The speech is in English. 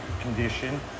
condition